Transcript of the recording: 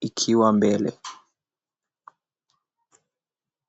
ikiwa mbele.